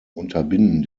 unterbinden